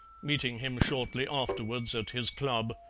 meeting him shortly afterwards at his club,